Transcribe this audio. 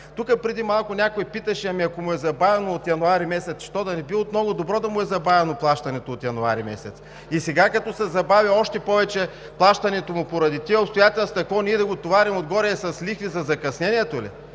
Тук преди малко някой питаше: ако му е забавено от месец януари? Защо, да не би от много добро да му е забавено плащането от месец януари?! И сега, като се забави още повече плащането му поради тези обстоятелства, какво – ние да го товарим отгоре и с лихви за закъснението ли?